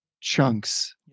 chunks